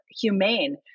humane